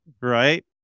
Right